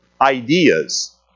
ideas